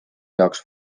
heaks